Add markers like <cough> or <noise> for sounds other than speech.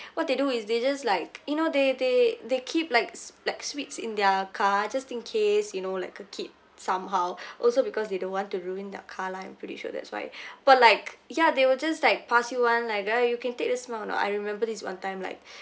what they do is they just like you know they they they keep likes likes sweets in their car just in case you know like a kid somehow also because they don't want to ruin their car lah I'm pretty sure that's why <breath> but like ya they will just like pass you one like ah you can take this one uh I remember this one time like